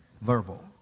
verbal